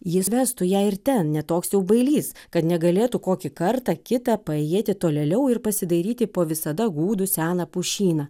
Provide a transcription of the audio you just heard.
jis vestų ją ir ten ne toks jau bailys kad negalėtų kokį kartą kitą paėjėti tolėliau ir pasidairyti po visada gūdų seną pušyną